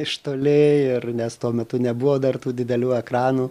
iš toli ir nes tuo metu nebuvo dar tų didelių ekranų